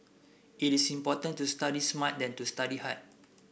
it is important to study smart than to study hard